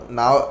now